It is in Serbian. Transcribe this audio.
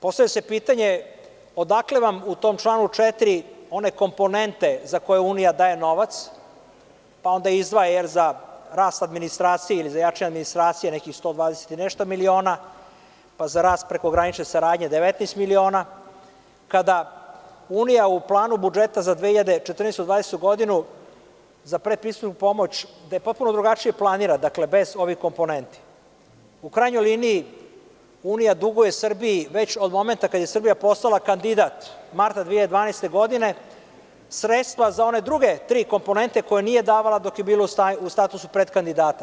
Postavlja se pitanje odakle vam u tom članu 4. one komponente za koje Unija daje novac, pa onda izdvaja za rast administracije ili za jačanje administracije nekih 120 i nešto miliona, pa za rast prekogranične saradnje 19 miliona, kada Unija u planu budžeta za 2014-2020. godinu za predpristupnu pomoć, gde potpuno drugačije planira, bez ovih komponenti, u krajnjoj liniji, Unija duguje Srbiji već od momenta kada je Srbija postala kandidat marta 2012. godine, sredstva za one druge tri komponente koje nije davala dok je bila u statusu predkandidata.